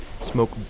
smoke